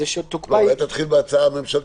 אולי תתחיל במה הייתה ההצעה הממשלתית?